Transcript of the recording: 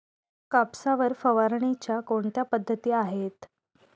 कापसावर फवारणीच्या कोणत्या पद्धती आहेत?